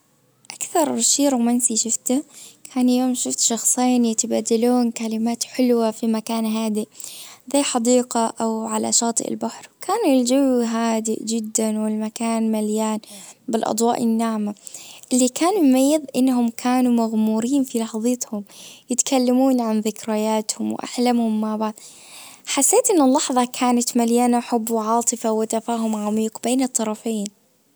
أكثر شي رومانسي شفته كان يوم شفت شخصين يتبادلون كلمات حلوة في مكان هادئ. زي حديقة او على شاطئ البحر. كان الجو هادئ جدا والمكان مليان. بالاضواء الناعمة. اللي كان مميز انهم كانوا مغمورين في لحظتهم يتكلمون ذكرياتهم واحلامهم مع بعض. حسيت ان اللحظة كانت مليانة حب وعاطفة وتفاهم عميق بين الطرفين